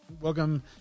welcome